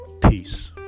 peace